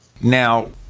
Now